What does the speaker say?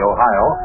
Ohio